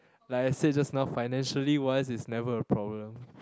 like I said just now financially wise it's never a problem